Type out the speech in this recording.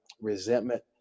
resentment